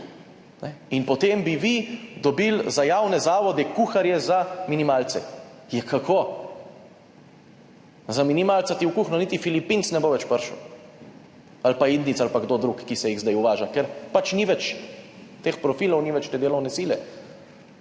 in potem bi vi dobili za javne zavode kuharje za minimalce. Ja, kako? Za minimalca ti v kuhinjo niti Filipinec ne bo več prišel ali pa Indijec ali pa kdo drug, ki se jih zdaj uvaža, ker pač ni več teh profilov, ni več te delovne sile.